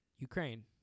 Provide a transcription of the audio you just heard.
Ukraine